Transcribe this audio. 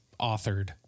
authored